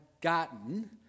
gotten